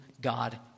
God